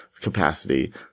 capacity